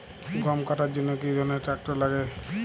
গম কাটার জন্য কি ধরনের ট্রাক্টার লাগে?